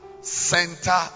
center